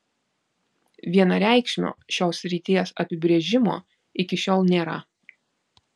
vienareikšmio šios srities apibrėžimo iki šiol nėra